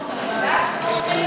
צריך להפנות אותם לבג"ץ?